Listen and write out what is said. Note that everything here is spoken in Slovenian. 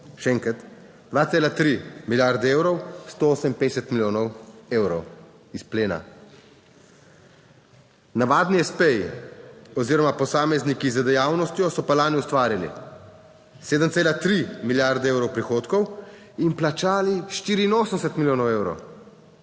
Še enkrat 2,3 milijarde evrov, 158 milijonov evrov izplena. Navadni espeji oziroma posamezniki z dejavnostjo so pa lani ustvarili 7,3 milijarde evrov prihodkov in plačali 84 milijonov evrov